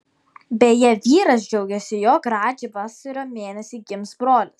beje vyras džiaugėsi jog radži vasario mėnesį gims brolis